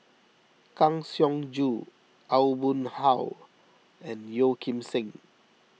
Kang Siong Joo Aw Boon Haw and Yeo Kim Seng